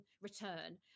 return